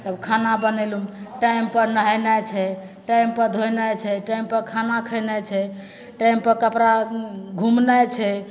तब खाना बनेलहुँ टाइमपर नहेनाइ छै टाइमपर धोनाइ छै टाइमपर खाना खएनाइ छै टाइमपर कपड़ा घुमनाइ छै